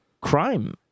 crime